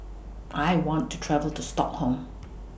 I want to travel to Stockholm